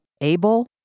able